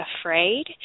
afraid